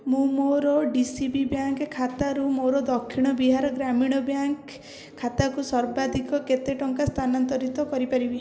ମୁଁ ମୋର D C B bank ଖାତାରୁ ମୋ ଦକ୍ଷିଣ ବିହାର ଗ୍ରାମୀଣ ବ୍ୟାଙ୍କ ଖାତାକୁ ସର୍ବାଧିକ କେତେ ଟଙ୍କା ସ୍ଥାନାନ୍ତରିତ କରିପାରିବି